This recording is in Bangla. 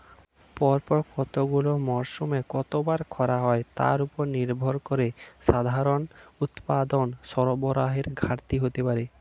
পরপর কতগুলি মরসুমে কতবার খরা হয় তার উপর নির্ভর করে সাধারণত উৎপাদন সরবরাহের ঘাটতি হতে পারে